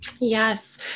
Yes